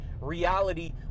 reality